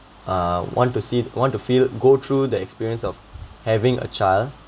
uh want to sit wanted to feel go through the experience of having a child